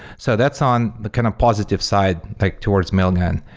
so that's on the kind of positive side like towards mailgun.